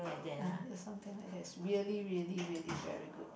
uh is something like that is really really really very good